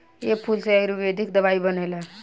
ए फूल से आयुर्वेदिक दवाई बनेला